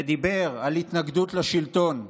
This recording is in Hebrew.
על התנגדות לשלטון,